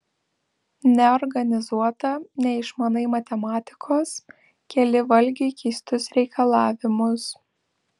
neorganizuota neišmanai matematikos keli valgiui keistus reikalavimus